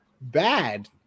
Bad